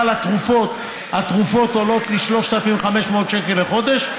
אבל התרופות עולות לי 3,500 שקל לחודש,